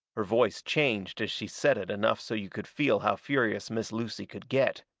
her voice changed as she said it enough so you could feel how furious miss lucy could get.